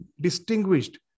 distinguished